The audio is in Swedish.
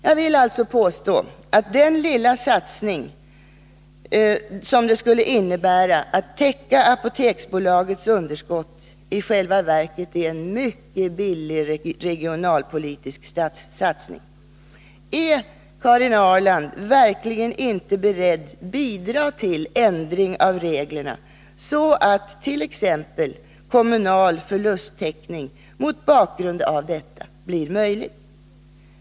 Jag vill alltså påstå att den lilla satsning som det skulle innebära att täcka Apoteksbolagets underskott i själva verket är en mycket billig regionalpolitisk satsning. Är Karin Ahrland verkligen inte beredd att bidra till ändring av reglerna så attt.ex. kommunal förlusttäckning mot bakgrund av detta blir möjlig?